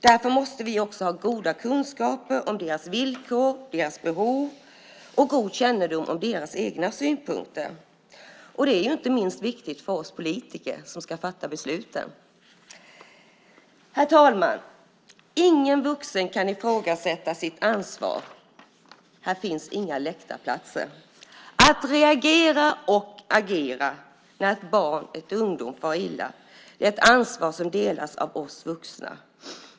Därför måste vi också ha goda kunskaper om deras villkor och behov och god kännedom om deras egna synpunkter. Det är inte minst viktigt för oss politiker som ska fatta besluten. Herr talman! Ingen vuxen kan ifrågasätta sitt ansvar. Här finns inga läktarplatser. Att reagera och agera när barn och ungdomar far illa är ett ansvar som delas av oss vuxna.